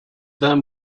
them